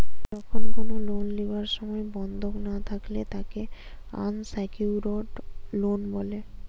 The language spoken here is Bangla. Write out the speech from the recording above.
যখন কোনো লোন লিবার সময় কিছু বন্ধক না থাকলে তাকে আনসেক্যুরড লোন বলে